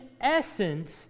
essence